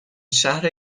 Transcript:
شهر